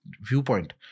viewpoint